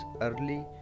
early